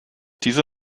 diese